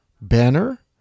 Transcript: Banner